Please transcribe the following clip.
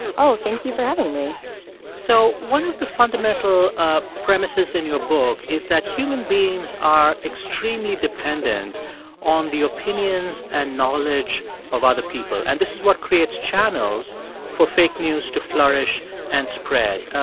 oh, thank you for having me so one of the fundamental ah premises in your book is that human beings are extremely dependent on the opinions and knowledge of other people. and this is what creates channels for fake news to flourish and spread.